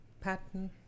pattern